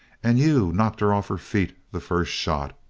and you knocked her off her feet the first shot.